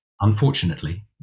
Unfortunately